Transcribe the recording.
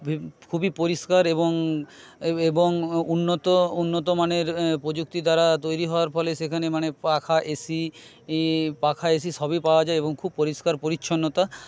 খুবই পরিষ্কার এবং এ এবং উন্নত উন্নত মানের প্রযুক্তি দ্বারা তৈরি হওয়ার ফলে সেখানে মানে পাখা এসি পাখা এসি সবই পাওয়া যায় এবং খুব পরিষ্কার পরিচ্ছন্নতা